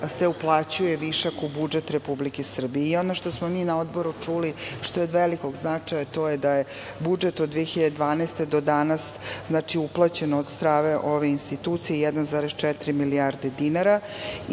se uplaćuje u budžet Republike Srbije. Ono što smo mi na Odboru čuli, što je od velikog značaja a to je da je budžet od 2012. do danas, uplaćeno od strane ove institucije 1,4 milijarde dinara.